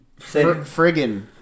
Friggin